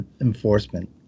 enforcement